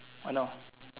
I know